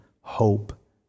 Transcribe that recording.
hope